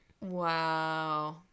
Wow